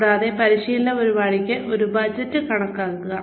കൂടാതെ പരിശീലന പരിപാടിക്ക് ഒരു ബജറ്റ് കണക്കാക്കുക